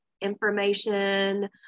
information